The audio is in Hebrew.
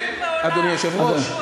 אדוני היושב-ראש,